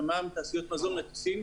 תעשיות מזון מטוסים.